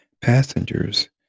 passengers